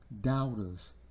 Doubters